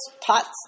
pots